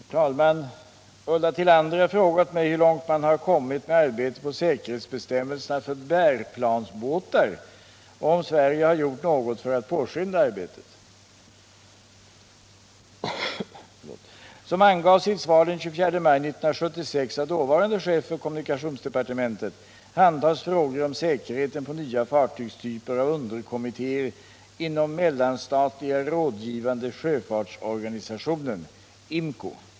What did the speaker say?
Herr talman! Ulla Tillander har frågat mig hur långt man har kommit med arbetet på säkerhetsbestämmelserna för bärplansbåtar och om Sverige har gjort något för att påskynda arbetet. kommunikationsdepartementet handhas frågor om säkerheten på nya fartygstyper av underkommittéer inom Mellanstatliga rådgivande sjöfartsorganisationen .